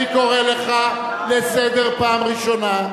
אני קורא אותך לסדר פעם ראשונה.